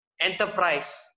enterprise